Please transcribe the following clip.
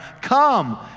Come